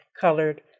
colored